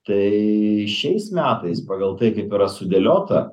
tai šiais metais pagal tai kaip yra sudėliota